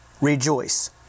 rejoice